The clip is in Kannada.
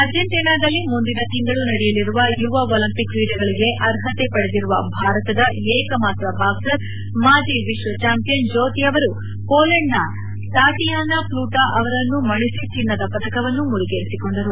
ಅರ್ಜೆಂಟೀನಾದಲ್ಲಿ ಮುಂದಿನ ತಿಂಗಳು ನಡೆಯಲಿರುವ ಯುವ ಒಲಂಪಿಕ್ ಕ್ರೀಡೆಗಳಿಗೆ ಅರ್ಹತೆ ಪಡೆದಿರುವ ಭಾರತದ ಏಕ ಮಾತ್ರ ಬಾಕ್ಸರ್ ಮಾಜಿ ವಿಶ್ವ ಚಾಂಪಿಯನ್ ಜ್ಯೋತಿ ಅವರು ಮೋಲೆಂಡ್ನ ಟಾಟಿಯಾನಾ ಪ್ಲೂಟಾ ಅವರನ್ನು ಮಣಿಸಿ ಚಿನ್ನದ ಪದಕವನ್ನು ಮುಡಿಗೇರಿಸಿಕೊಂಡರು